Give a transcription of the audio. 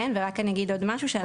אגיד עוד משהו,